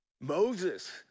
Moses